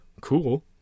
cool